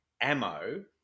ammo